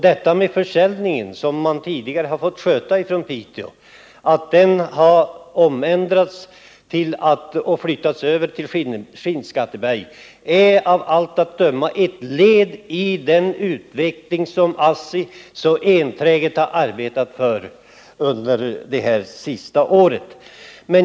Att försäljningen, som tidigare har fått skötas i Piteå, har flyttats till Skinnskatteberg är av allt att döma ett led i den utveckling som ASSI så enträget har arbetat för under det senaste året.